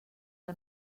que